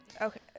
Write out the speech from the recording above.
Okay